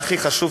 והכי חשוב,